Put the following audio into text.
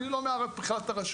אני בכלל לא מערב את הרשויות".